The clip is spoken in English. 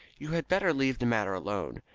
you had better leave the matter alone.